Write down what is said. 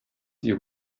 you